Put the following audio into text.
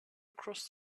across